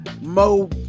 Mo